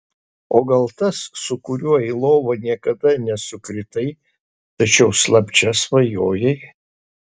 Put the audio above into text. o gal tas su kuriuo į lovą niekada nesukritai tačiau slapčia svajojai